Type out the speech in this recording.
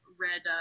read